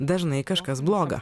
dažnai kažkas bloga